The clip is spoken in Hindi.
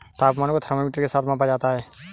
तापमान को थर्मामीटर के साथ मापा जाता है